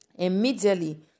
Immediately